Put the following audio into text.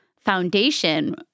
foundation